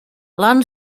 land